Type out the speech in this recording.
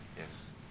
yes